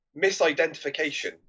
misidentification